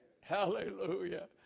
Hallelujah